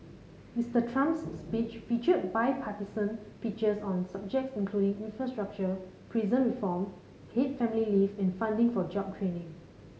Mister Trump's speech featured bipartisan pitches on subjects including infrastructure prison reform paid family leave and funding for job training